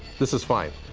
this is fine.